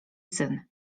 syn